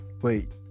Wait